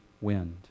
wind